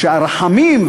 הרחמים,